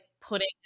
putting